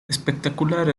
espectacular